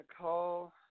call